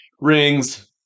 rings